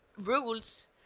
rules